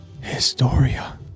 Historia